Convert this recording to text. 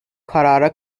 karara